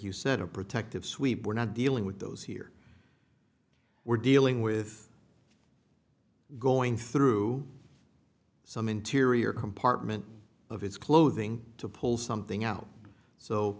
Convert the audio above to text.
you said a protective sweep we're not dealing with those here we're dealing with going through some interior compartment of his clothing to pull something out so